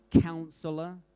counselor